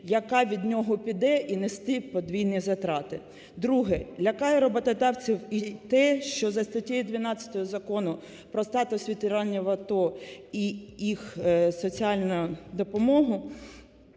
яка від нього піде і нести подвійні затрати. Друге, лякає роботодавців і те, що за статтею 12 Закону про статус ветеранів АТО і їх соціальну допомогу,